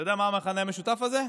אתה יודע מה המכנה המשותף הזה?